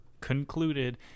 concluded